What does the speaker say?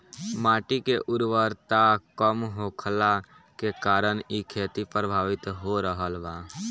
माटी के उर्वरता कम होखला के कारण इ खेती प्रभावित हो रहल बा